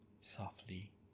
softly